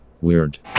weird